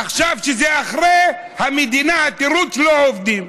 עכשיו, כשזה אחרי, המדינה, התירוץ, לא עובדים.